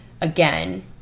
again